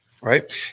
right